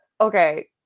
Okay